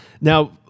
Now